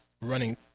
running